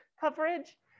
coverage